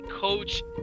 Coach